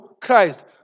Christ